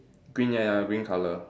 green ya ya green colour